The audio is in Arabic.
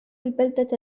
البلدة